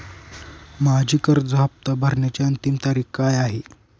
माझी कर्ज हफ्ता भरण्याची अंतिम तारीख काय आहे?